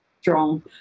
strong